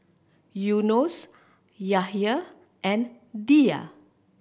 Yunos Yahya and Dhia